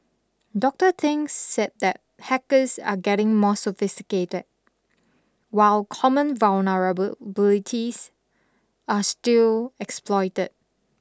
Doctor Thing said that hackers are getting more sophisticated while common vulnerabilities are still exploited